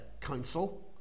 council